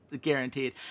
guaranteed